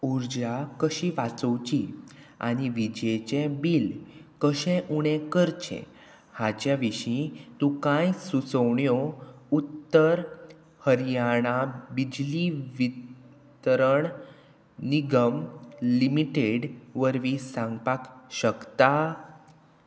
उर्जा कशी वाचोवची आनी विजेचें बील कशें उणें करचें हाच्या विशीं तूं कांय सुचोवण्यो उत्तर हरियाणा बिजली वितरण निगम लिमिटेड वरवीं सांगपाक शकता